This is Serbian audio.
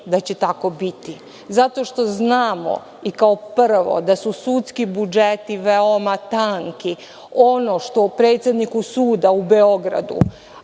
da će tako biti, zato što znamo kao prvo da su sudski budžeti veoma tanki. Ono što predsedniku suda u Beogradu,